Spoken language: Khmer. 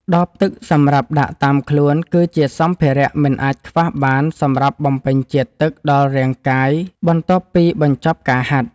ដបទឹកសម្រាប់ដាក់តាមខ្លួន គឺជាសម្ភារៈមិនអាចខ្វះបានសម្រាប់បំពេញជាតិទឹកដល់រាងកាយបន្ទាប់ពីបញ្ចប់ការហាត់។